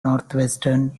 northwestern